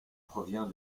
provient